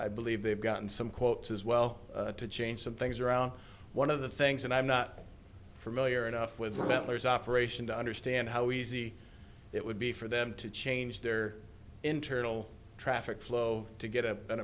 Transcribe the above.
i believe they've gotten some quotes as well to change some things around one of the things and i'm not familiar enough with the members operation to understand how easy it would be for them to change their internal traffic flow to get up an